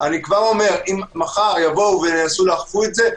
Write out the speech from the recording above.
אם מחר ינסו לאכוף את זה,